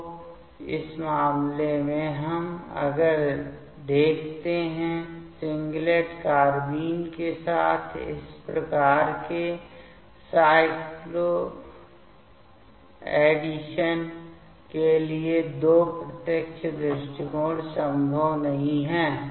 तो इस मामले में भी अगर हम देखते हैं कि सिंगलेट कार्बाइन के साथ इस प्रकार के साइक्लोएडिशन के लिए ये दो प्रत्यक्ष दृष्टिकोण संभव नहीं हैं